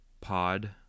pod